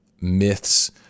myths